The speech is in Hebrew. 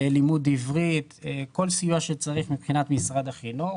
לימוד עברית, כל סיוע שצריך מבחינת משרד החינוך.